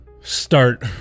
start